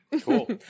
Cool